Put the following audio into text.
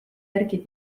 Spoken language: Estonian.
järgi